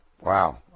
Wow